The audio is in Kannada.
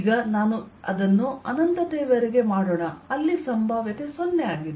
ಈಗ ನಾನು ಅದನ್ನು ಅನಂತತೆಯವರೆಗೆ ಮಾಡೋಣ ಅಲ್ಲಿ ಸಂಭಾವ್ಯತೆ 0 ಆಗಿದೆ